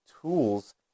tools